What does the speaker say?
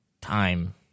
time